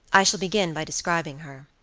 i shall begin by describing her.